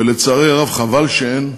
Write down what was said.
ולצערי הרב, חבל שאין,